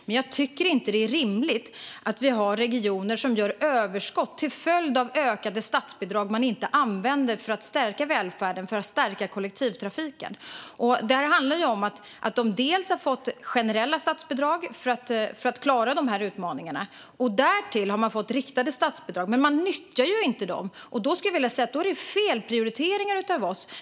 Men jag tycker inte att det är rimligt att vi har regioner som gör överskott till följd av ökade statsbidrag som de inte använder för att stärka välfärden och kollektivtrafiken. De har fått generella statsbidrag för att klara utmaningarna. Därtill har de fått riktade statsbidrag. Men de nyttjar dem ju inte. Då skulle jag vilja säga att det är felprioriteringar av oss.